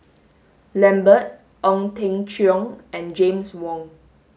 Lambert Ong Teng Cheong and James Wong